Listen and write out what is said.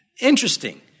Interesting